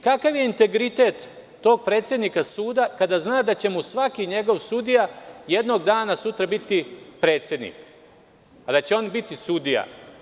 Kakav je integritet tog predsednika suda kada zna da će mu svaki njegov sudija jednog dana sutra biti predsednik, a da će on biti sudija?